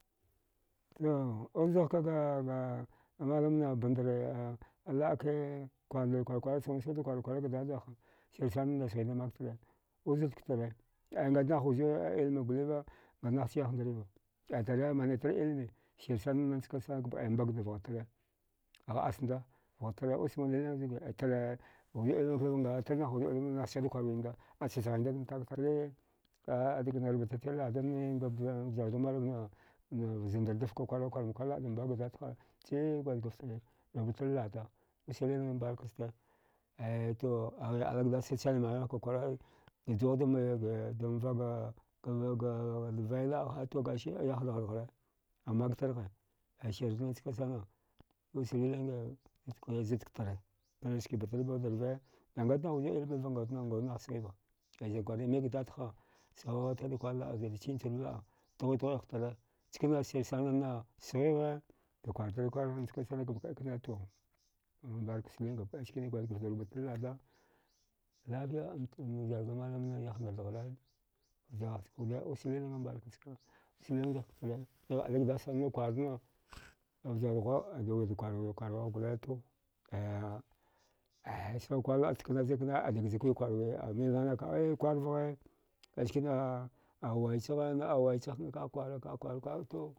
To uszaghkaga ga malamna bandare a alaɗke kwarndrikwar kwara samghisaga ga dada ha sirsana na sghimdada maktare su zud ktara aya ngat nah wuzi a ilmi goliva ngatnahcha yahndriva aya tara manitar ilmi sirsanana njkansana gabəai mbagda vgha tara aghəasnda vgha tara aya usma liling zuda ai tara wuzi ilmi ilmi ngatarnah wuzi ilmiva nahsghida kwarwinmda acha sghayamda da a adagna ngani vjarga malamna zandardaf kwakwara kwamakwar laədamba ga dadha sai gwadjgaft da rbuttri lada sini barkasta aya to ghigh ali gdass chachamin magha ghigh kwakwara e dajuwaghdanme vak ga ga vailaə ha to gasina ayahndar daghara amaktargha aya sirni njkan sana uslilinge lud ktara a ski battribawad rve nah ngatnah wuzi ilmiva ngawud nah sghiva kwara mikga dadha sawatada kwar la. A zəada chichud laɗa dughude dughudeh tara chkana sirsanan nasghigh dakwarti kwarvagh chkansan gabakɗai kna to gaməai chkine gwadjfaftda rubutri lada lafiya anga vjarga malamna yahndar dghare ghigh ali gdasa na kwarna vjarghwa aida wurada kwar kwarwigh gole to aya aya saukwarlaə chkana zan kna aida gjakwika ay dagjakikwarwi a milnana ka e warvagha askina auwaichagha na auwaichagh kna kaə kwara kagh kwarukwara to.